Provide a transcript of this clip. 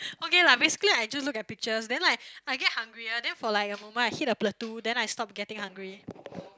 okay lah basically I just look at pictures then like I get hungry ah then for like a moment I hit the plateau then I stop getting hungry